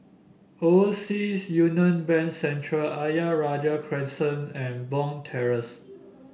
Overseas Union Bank Centre Ayer Rajah Crescent and Bond Terrace